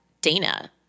dana